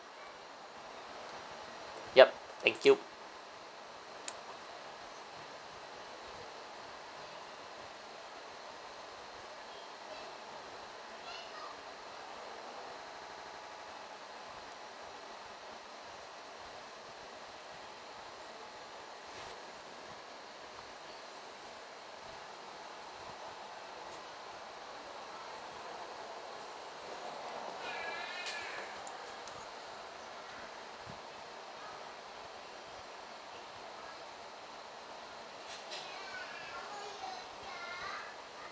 yup thank you